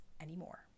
anymore